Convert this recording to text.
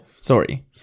Sorry